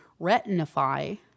retinify